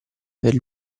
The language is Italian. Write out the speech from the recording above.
avere